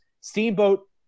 Steamboat